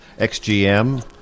XGM